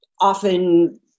often